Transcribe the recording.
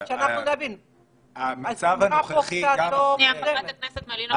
השמחה פה קצת לא מובנת.